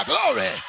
Glory